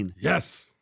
Yes